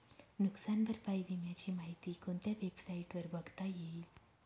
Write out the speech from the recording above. नुकसान भरपाई विम्याची माहिती कोणत्या वेबसाईटवर बघता येईल?